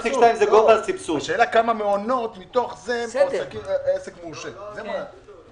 השאלה כמה מעונות מתוך זה מקבלים עסק מורשה.